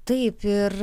taip ir